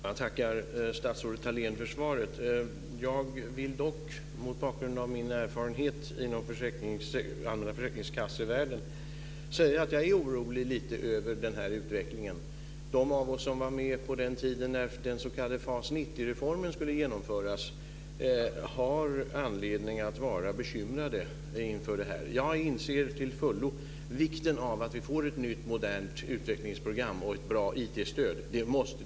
Fru talman! Jag tackar statsrådet Thalén för svaret. Jag vill dock mot bakgrund av min erfarenhet inom den allmänna försäkringskassans värld säga att jag är lite orolig över utvecklingen. De av oss som var med på den tiden när den s.k. FAS 90-reformen skulle genomföras har anledning att vara bekymrade inför detta. Jag inser till fullo vikten av att vi får ett nytt modernt utvecklingsprogram och ett bra IT-stöd.